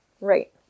right